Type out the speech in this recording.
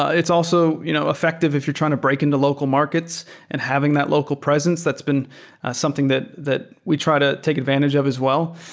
it's also you know effective if you're trying to break into local markets and having that local presence. that's been something that that we try to take advantage of as well.